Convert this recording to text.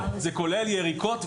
תקיפה, זה כולל יריקות.